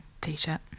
t-shirt